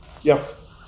Yes